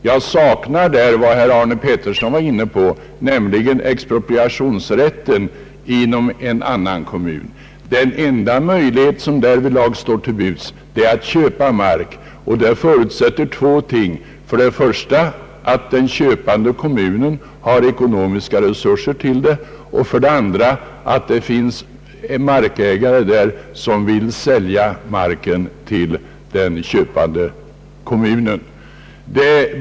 Jag saknar härvid — vad herr Arne Pettersson var inne på — rätten att expropriera i annan kommun. Den enda möjlighet som därvidlag står till buds är att köpa mark, och det förutsätter två ting: För det första att den köpande kommunen har ekonomiska resurser härför, och för det andra att det finns en markägare som vill sälja marken till den köpande kommunen.